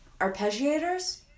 Arpeggiators